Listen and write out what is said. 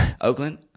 Oakland